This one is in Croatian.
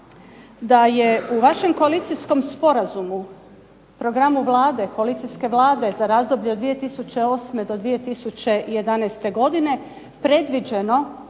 da je u vašem koalicijskim sporazumu programu Vlade, koalicijske Vlade za razdoblje od 2008. do 2011. godine predviđeno